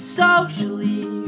socially